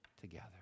together